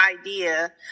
idea